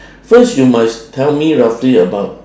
first you must tell me roughly about